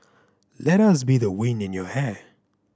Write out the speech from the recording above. let us be the wind in your hair